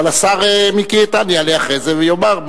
אבל השר מיקי איתן יעלה אחרי זה ויאמר.